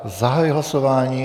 Zahajuji hlasování.